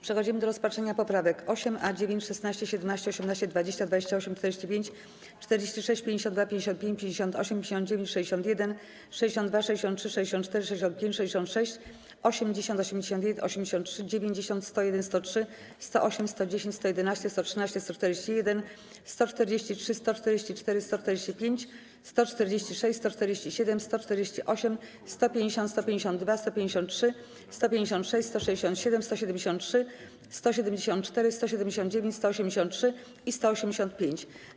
Przechodzimy do rozpatrzenia poprawek 8a., 9., 16., 17., 18., 20., 28., 45., 46., 52., 55., 58., 59., 61., 62., 63., 64., 65., 66., 80., 81., 83., 90., 101., 103., 108., 110., 111., 113., 141., 143., 144., 145., 146., 147., 148., 150., 152., 153., 156., 167., 173., 174., 179., 183. i 185.